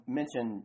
mention